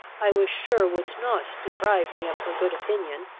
i was sure would not deprive me of her good opinion,